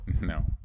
No